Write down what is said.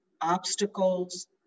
obstacles